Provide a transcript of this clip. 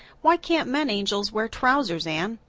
why can't men angels wear trousers, anne?